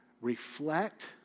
reflect